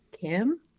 Kim